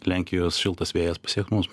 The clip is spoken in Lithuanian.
lenkijos šiltas vėjas pasieks mus